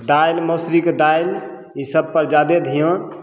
दालि मोसरीके दालि ईसब पर जादे ध्यान